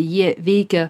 jie veikia